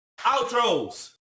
Outros